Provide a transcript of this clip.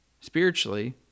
spiritually